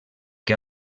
que